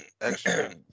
extra